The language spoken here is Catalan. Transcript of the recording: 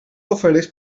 ofereix